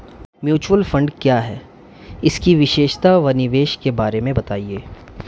Mutual fund क्या है इसकी विशेषता व निवेश के बारे में बताइये?